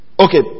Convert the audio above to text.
Okay